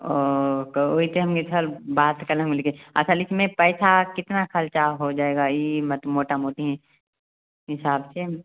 औ को ओइके हम इधर बात करे बोले के और सर इसमें पैसा कितना खर्चा हो जाएगा ई मत मोटा मोटी हिसाब से